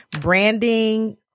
branding